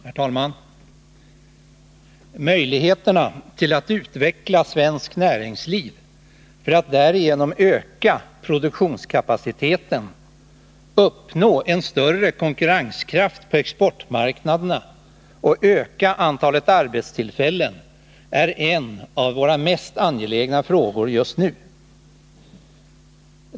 Herr talman! Möjligheterna att utveckla svenskt näringsliv för att därigenom öka produktionskapaciteten, uppnå en större konkurrenskraft på exportmarknaderna och öka antalet arbetstillfällen är en av våra mest angelägna frågor just nu.